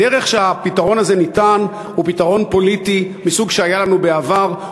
בדרך שהפתרון הזה ניתן הוא פתרון פוליטי מסוג שהיה לנו בעבר.